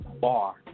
bar